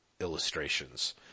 illustrations